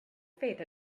faith